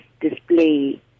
display